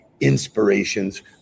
inspirations